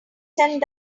sent